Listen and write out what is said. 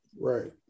Right